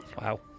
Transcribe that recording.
Wow